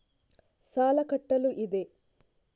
ಸಾಲ ಕಟ್ಟಲು ಇದೆ